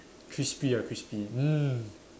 crispy ah crispy ah mm